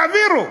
תעבירו.